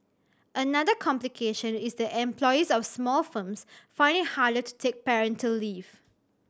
another complication is that employees of small firms find it harder to take parental leave